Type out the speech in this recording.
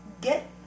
Get